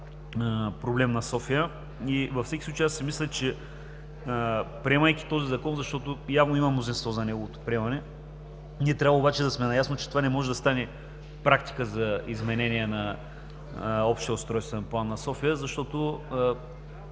проблем на София и си мисля, че приемайки този Закон, защото явно има мнозинство за неговото приемане, трябва да сме наясно, че това не може да стане практика за изменение на Общия устройствен план на София, защото